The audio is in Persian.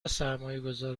سرمایهگذار